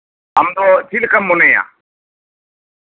ᱟᱢ ᱫᱚ ᱪᱮᱫ ᱞᱮᱠᱟᱢ ᱢᱚᱱᱮᱭᱟ